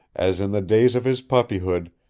as in the days of his puppyhood,